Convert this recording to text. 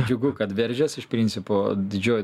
džiugu kad veržias iš principo didžioji